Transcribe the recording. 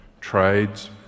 trades